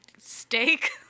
steak